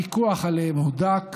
הפיקוח עליהם הודק,